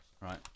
right